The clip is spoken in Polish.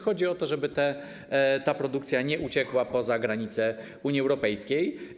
Chodzi o to, żeby ta produkcja nie uciekła poza granice Unii Europejskiej.